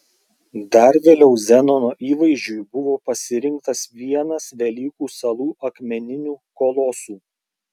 dar vėliau zenono įvaizdžiui buvo pasirinktas vienas velykų salų akmeninių kolosų